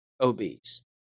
obese